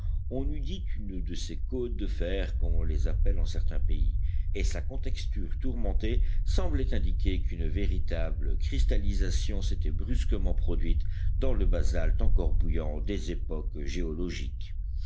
on eût dit une de ces côtes de fer comme on les appelle en certains pays et sa contexture tourmentée semblait indiquer qu'une véritable cristallisation s'était brusquement produite dans le basalte encore bouillant des époques géologiques